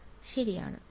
k ശരിയാണ്